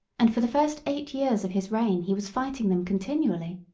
and for the first eight years of his reign he was fighting them continually.